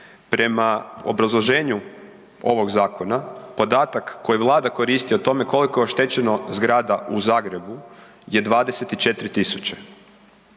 prema obrazloženju ovog zakona podatak koji Vlada koristi o tome koliko je oštećeno zgrada u Zagrebu je 24.000,